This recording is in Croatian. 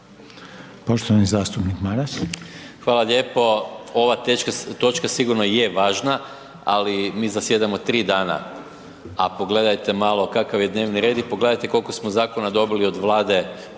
Gordan (SDP)** Hvala lijepo. Ova točka sigurno je važna, ali mi zasjedamo 3 dana, a pogledajte malo kakav je dnevni red i pogledajte kolko smo zakona dobili od Vlade